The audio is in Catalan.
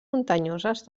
muntanyoses